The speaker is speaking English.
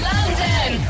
London